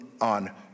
on